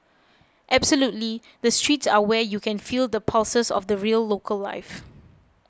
absolutely the streets are where you can feel the pulses of the real local life